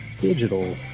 digital